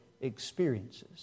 experiences